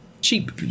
cheap